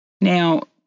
Now